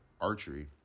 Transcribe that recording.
archery